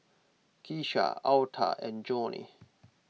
Kisha Alta and Johnie